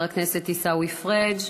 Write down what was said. חבר הכנסת עיסאווי פריג'